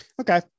okay